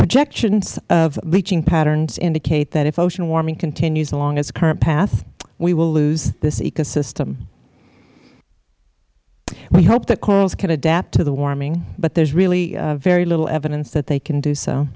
projections of bleaching patterns indicate that if ocean warming continues along its current path we will lose this ecosystem we hope that corals can adapt to the warming but there is really very little evidence that they can do so